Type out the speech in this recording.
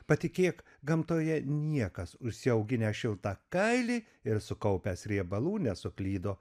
patikėk gamtoje niekas užsiauginęs šiltą kailį ir sukaupęs riebalų nesuklydo